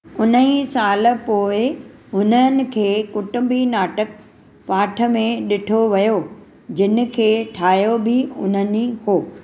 हुन ई सालु पोइ हुननि खे कुटुंबी नाटकु पाठ में डि॒ठो वियो जिनि खे ठाहियो बि उन्हनि ई हुओ